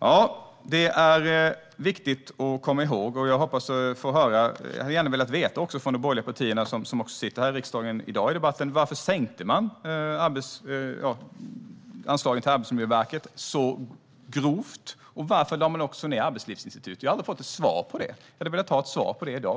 för. Det är viktigt att komma ihåg. Jag hade gärna velat höra från de borgerliga partierna som också är med här i debatten i dag varför man sänkte anslagen till Arbetsmiljöverket så grovt och varför man också lade ned Arbetslivsinstitutet. Jag har aldrig fått ett svar på det, och jag skulle gärna ha ett svar på det i dag.